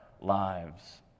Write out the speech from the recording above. lives